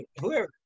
whoever